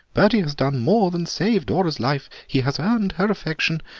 bertie has done more than save dora's life he has earned her affection.